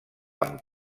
amb